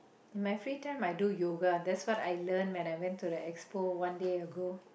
in my free time I do yoga that's what I learn when I went to the Expo one day ago